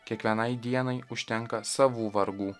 kiekvienai dienai užtenka savų vargų